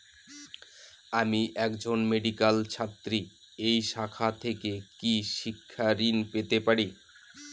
আমি একজন মেডিক্যাল ছাত্রী এই শাখা থেকে কি শিক্ষাঋণ পেতে পারি?